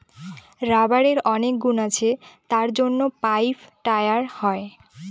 রাবারের অনেক গুণ আছে তার জন্য পাইপ, টায়ার হয়